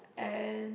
and